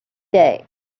day